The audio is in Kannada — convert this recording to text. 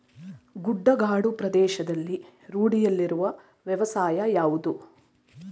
ಗುಡ್ಡಗಾಡು ಪ್ರದೇಶಗಳಲ್ಲಿ ರೂಢಿಯಲ್ಲಿರುವ ವ್ಯವಸಾಯ ಯಾವುದು?